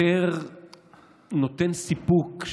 יותר נותן סיפוק,